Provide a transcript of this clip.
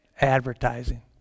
Advertising